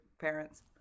parents